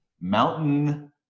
Mountain